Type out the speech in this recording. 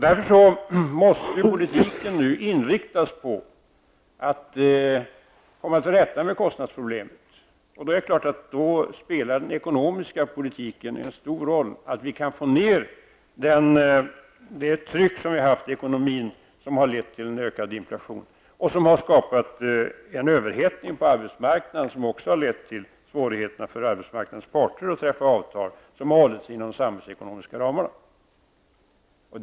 Därför måste politiken nu inriktas på att komma till rätta med kostnadsproblemet. Det är klart att den ekonomiska politiken då spelar en stor roll. Det är viktigt att vi kan få ned det tryck som vi haft i ekonomin, som har lett till en ökad inflation och som har skapat en överhettning på arbetsmarknaden, som också i sin tur lett till svårigheterna för arbetsmarknadens parter att träffa avtal som hållit sig inom samhällsekonomiska ramar.